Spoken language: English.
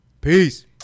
Peace